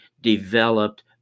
developed